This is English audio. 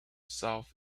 south